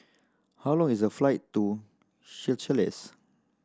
how long is the flight to Seychelles